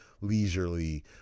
leisurely